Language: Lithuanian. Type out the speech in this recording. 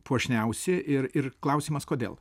puošniausi ir ir klausimas kodėl